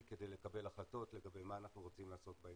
כדי לקבל החלטות לגבי מה אנחנו רוצים לעשות בהמשך.